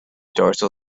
dorsal